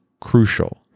crucial